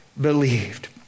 believed